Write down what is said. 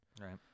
Right